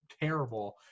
terrible